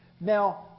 Now